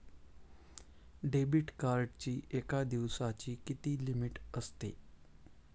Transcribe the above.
Debit कार्डची एका दिवसाची किती लिमिट असते?